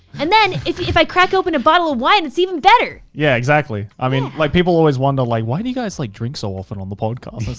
and then if if i crack open a bottle of wine, it's even better. yeah, exactly, i mean like people always wonder like, why do you guys like drink so often on the podcast?